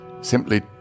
simply